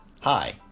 Hi